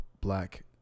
black